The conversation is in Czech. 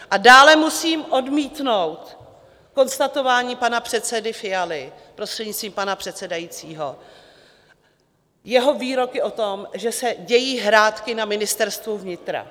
A dále musím odmítnout konstatování pana předsedy Fialy, prostřednictvím pana předsedajícího, jeho výroky o tom, že se dějí hrátky na Ministerstvu vnitra.